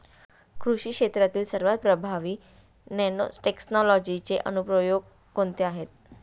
कृषी क्षेत्रातील सर्वात प्रभावी नॅनोटेक्नॉलॉजीचे अनुप्रयोग कोणते आहेत?